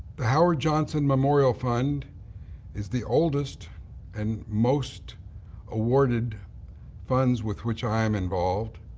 the howard johnson memorial fund is the oldest and most awarded funds with which i am involved.